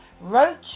roach